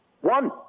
One